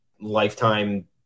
lifetime